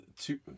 two